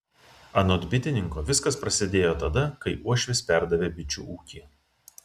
anot bitininko viskas prasidėjo tada kai uošvis perdavė bičių ūkį